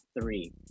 three